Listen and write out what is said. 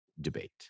debate